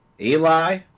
Eli